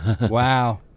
Wow